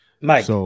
Mike